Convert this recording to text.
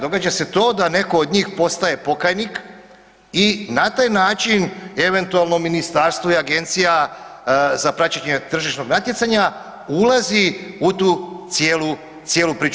Događa se to da netko od njih postaje pokajnik i na taj način eventualno ministarstvo i Agencija za praćenje tržišnog natjecanja ulazi u tu cijelu priču.